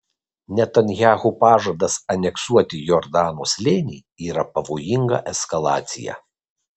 netanyahu pažadas aneksuoti jordano slėnį yra pavojinga eskalacija